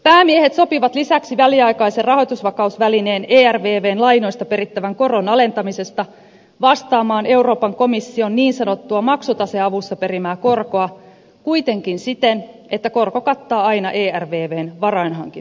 päämiehet sopivat lisäksi väliaikaisen rahoitusvakausvälineen ervvn lainoista perittävän koron alentamisesta vastaamaan euroopan komission niin sanottua maksutaseavussa perimää korkoa kuitenkin siten että korko kattaa aina ervvn varainhankintakulut